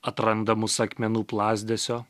atrandamus akmenų plazdesio